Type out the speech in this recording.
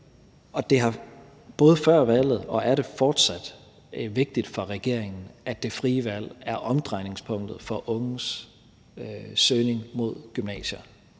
Det var både før valget og er fortsat vigtigt for regeringen, at det frie valg er omdrejningspunktet for unges søgning mod gymnasier,